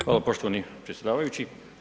Hvala poštovani predsjedavajući.